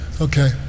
Okay